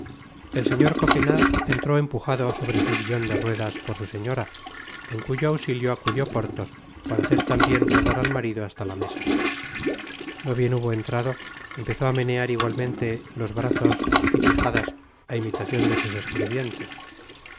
el señor coquenard entró empujado sobre su sillon de ruedas por su señora en cuyo ausilio acudió porthos para hacer tambien rodar at marido hasta la mesa no bien hubo entrado empezó á menear igualmente los brazos y quijadas á imitacion de sus escribientes